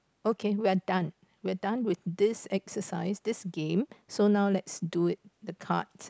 okay we are done we are done with this exercise this game so now let's do it the cards